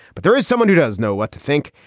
but there is someone who does know what to think.